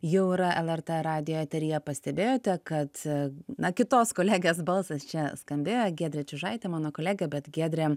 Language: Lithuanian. jau yra lrt radijo eteryje pastebėjote kad na kitos kolegės balsas čia skambėjo giedrė čiužaitė mano kolega bet giedrė